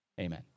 amen